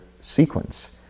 sequence